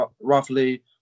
roughly